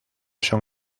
son